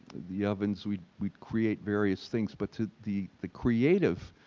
the ovens, we'd we'd create various things but to the the creative,